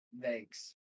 thanks